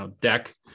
deck